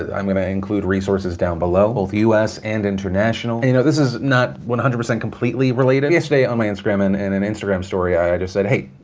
ah i'm gonna include resources down below, both us and international. and you know this is not one hundred percent completely related, but yesterday on my instagram, in and an instagram story, i just said, hey,